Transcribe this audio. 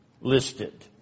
listed